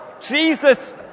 Jesus